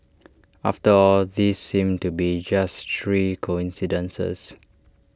after all these seem to be just three coincidences